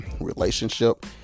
relationship